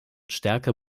stärker